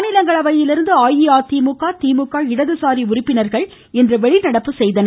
மாநிலங்களவையிலிருந்து அஇஅதிமுக திமுக இடதுசாரி உறுப்பினர்கள் இன்று வெளிநடப்பு செய்தனர்